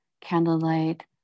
candlelight